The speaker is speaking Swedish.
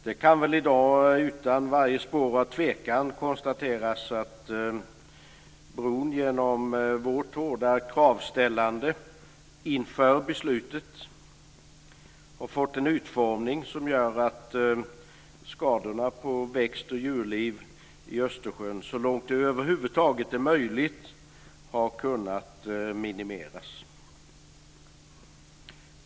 Det kan väl i dag utan varje spår av tvekan konstateras att bron genom vårt hårda kravställande inför beslutet har fått en utformning som gör att skadorna på växt och djurliv i Östersjön så långt det över huvud taget är möjligt har kunnat minimeras.